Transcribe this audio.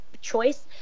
choice